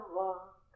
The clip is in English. walk